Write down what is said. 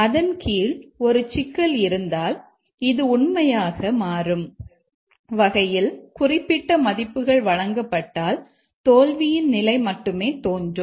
அதன் கீழ் ஒரு சிக்கல் இருந்தால் இது உண்மையாக மாறும் வகையில் குறிப்பிட்ட மதிப்புகள் வழங்கப்பட்டால் தோல்வியின் நிலை மட்டுமே தோன்றும்